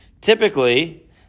typically